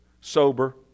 sober